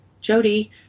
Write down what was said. Jody